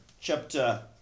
chapter